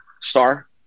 star